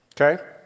Okay